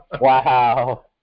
Wow